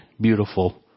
beautiful